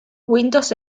windows